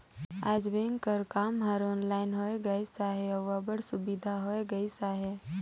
आएज बेंक कर काम हर ऑनलाइन होए गइस अहे अउ अब्बड़ सुबिधा होए गइस अहे